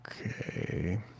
Okay